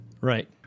Right